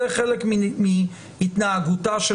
זה חלק מהתנהגותן של